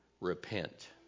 Repent